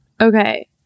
Okay